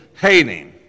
hating